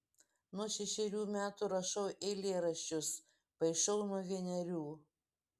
nuo šešerių metų rašau eilėraščius paišau nuo vienerių